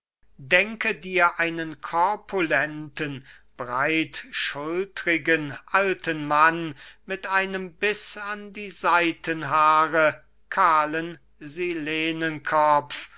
denke dir einen korpulenten breitschultrigen alten mann mit einem bis an die seitenhaare kahlen